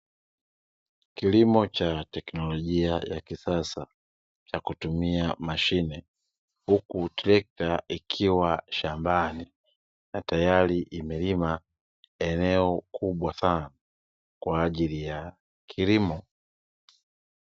Kilimo cha teknolojia ya kisasa ya kutumia mashine, huku trekta ikiwa shambani na tayari imelima eneo kubwa sana kwa ajili ya kilimo.